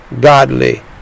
godly